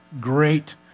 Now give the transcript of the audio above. great